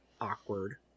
awkward